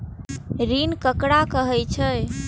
ऋण ककरा कहे छै?